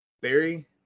Barry